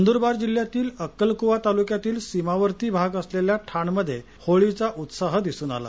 नंदुरबार जिल्ह्यातील अक्कलकुवा तालुक्यातील सीमावर्ती भाग असलेल्या ठाण मध्ये होळीचा उत्साह दिसून आला